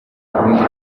ubundi